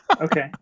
Okay